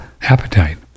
appetite